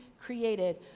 created